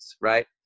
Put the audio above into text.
right